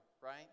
right